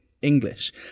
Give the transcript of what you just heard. English